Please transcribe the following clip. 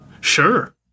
sure